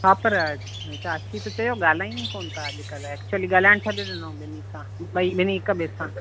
हा पर चाचीअ त चयो ॻाल्हायनि ई कोन्ह था अॼकल्ह एक्चुअली ॻाल्हायण छॾे ॾिनो ॿिन्ही सां ॿई ॿिन्ही हिक ॿिए सां